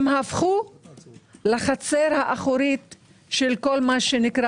הם הפכו לחצר האחורית של כל מה שנקרא